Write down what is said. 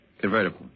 Convertible